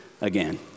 again